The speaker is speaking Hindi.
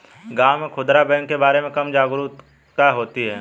गांव में खूदरा बैंक के बारे में कम जागरूकता होती है